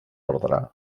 ordre